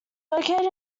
located